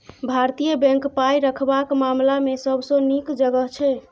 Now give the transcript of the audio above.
भारतीय बैंक पाय रखबाक मामला मे सबसँ नीक जगह छै